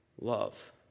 love